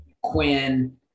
Quinn